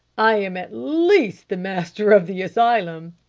i am at least the master of the asylum!